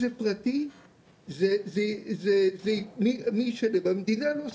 זה מי ישלם, המדינה לא תשלם,